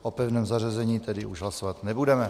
O pevném zařazení tedy už hlasovat nebudeme.